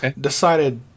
decided